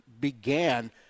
began